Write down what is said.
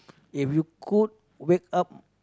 if you could wake up